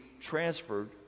transferred